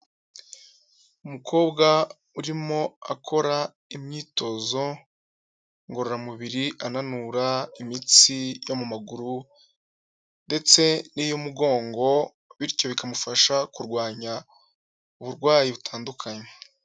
Umukobwa urimo akora imyitozo ngororamubiri ananura imitsi yo mu maguru, ndetse n'iy'umugongo bityo bikamufasha kurwanya uburwayi butandukanye.